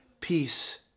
peace